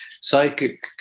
psychic